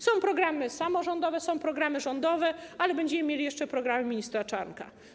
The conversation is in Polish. Są programy samorządowe, są programy rządowe, ale będziemy mieli jeszcze programy ministra Czarnka.